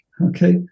okay